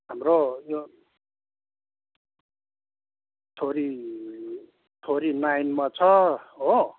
हाम्रो यो छोरी छोरी नाइनमा छ हो